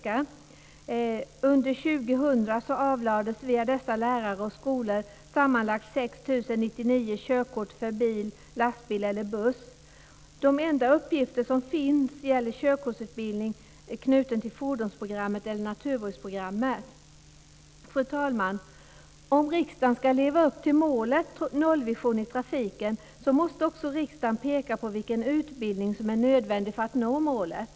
Under år 2000 avlades via dessa lärare och skolor sammanlagt 6 099 körkort för bil, lastbil eller buss. De enda uppgifter som finns gäller körkortsutbildning knuten till fordonsprogrammet eller naturbruksprogrammet. Fru talman! Om riksdagen ska leva upp till målet nollvision i trafiken måste också riksdagen peka på vilken utbildning som är nödvändig för att nå målet.